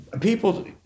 people